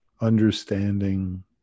understanding